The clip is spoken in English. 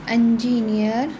engineer